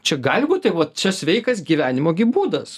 čia gali būt taip vat čia sveikas gyvenimo gi būdas